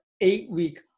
eight-week